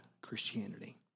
Christianity